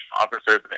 officers